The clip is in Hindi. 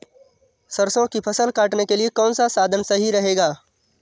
सरसो की फसल काटने के लिए कौन सा साधन सही रहेगा?